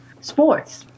sports